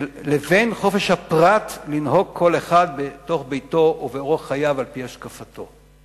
לבין חופש הפרט לנהוג כל אחד בתוך ביתו ובאורח חייו על-פי השקפתו.